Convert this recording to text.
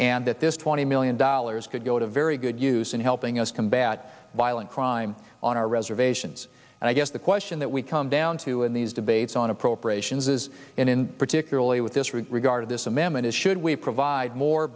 and that this twenty million dollars could go to very good use in helping us combat violent crime on our reservations and i guess the question that we come down to in these debates on appropriations is in particularly with this regard this amendment is should we provide more